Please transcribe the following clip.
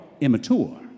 immature